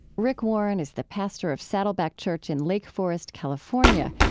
rick warren is the pastor of saddleback church in lake forest, california,